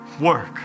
work